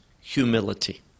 humility